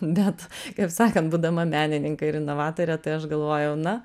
bet kaip sakant būdama menininkė ir inovatorė tai aš galvojau na